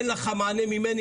אין לך מענה ממני,